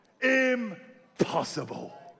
impossible